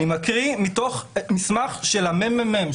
אני מקריא מתוך מסמך של הממ"מ,